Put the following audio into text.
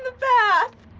bath!